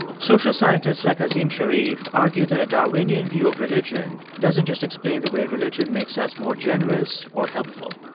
social scientists like azim shariff argue that a darwinian view of religion doesn't just explain the way religion makes us more generous or helpful.